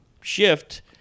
shift